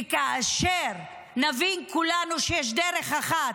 וכאשר נבין כולנו שיש דרך אחת.